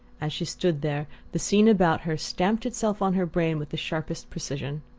as she stood there, the scene about her stamped itself on her brain with the sharpest precision.